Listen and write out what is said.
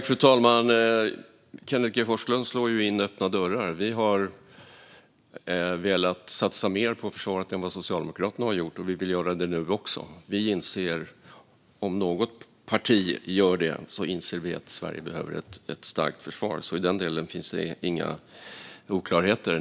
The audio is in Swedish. Fru talman! Kenneth G Forslund slår in öppna dörrar. Kristdemokraterna har velat satsa mer på försvaret än vad Socialdemokraterna har gjort, och vi vill göra det nu också. Vi, om något parti, inser att Sverige behöver ett starkt försvar. I den delen finns inga oklarheter.